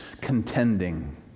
contending